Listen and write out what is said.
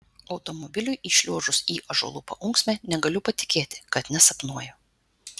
automobiliui įšliuožus į ąžuolų paūksmę negaliu patikėti kad nesapnuoju